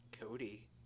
Cody